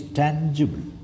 tangible